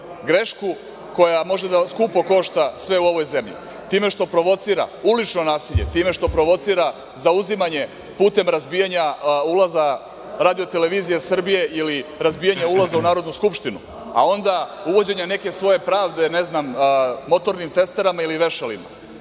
grešku koja može skupo da košta sve u ovoj zemlji. Time što provocira ulično nasilje, time što provocira zauzimanje putem razbijanja ulaza RTS ili razbijanja ulaza u Narodnu skupštinu, a onda uvođenja neke svoje pravde, ne znam, motornim testerama ili vešalima,